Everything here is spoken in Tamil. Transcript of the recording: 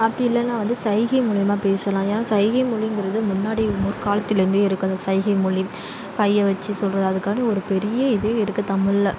அப்படி இல்லைன்னா வந்து சைகை மூலியமா பேசலாம் ஏன்னா சைகை மொழிங்கிறது முன்னாடி முற்காலத்துலேருந்தே இருக்கு அந்த சைகை மொழி கையை வெச்சு சொல்வது அதுக்காண்டி ஒரு பெரிய இதே இருக்கு தமிழில்